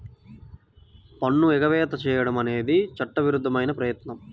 పన్ను ఎగవేత చేయడం అనేది చట్టవిరుద్ధమైన ప్రయత్నం